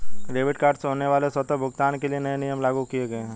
debit card से होने वाले स्वतः भुगतान के लिए नए नियम लागू किये गए है